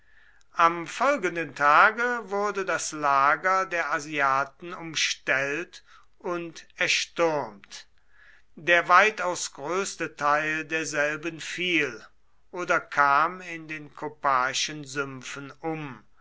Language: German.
am folgenden tage wurde das lager der asiaten umstellt und erstürmt der weitaus größte teil derselben fiel oder kam in den kopaischen sümpfen um